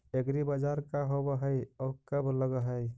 एग्रीबाजार का होब हइ और कब लग है?